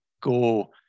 go